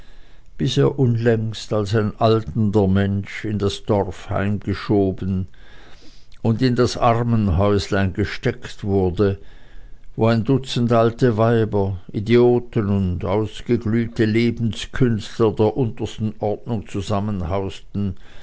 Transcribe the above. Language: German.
er unlängst als ein alternder mensch in das dorf heimgeschoben und in das armenhäuslein gesteckt wurde wo ein dutzend alte weiber idioten und ausgeglühte lebenskünstler der untersten ordnung